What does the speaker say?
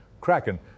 Kraken